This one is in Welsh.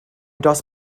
dros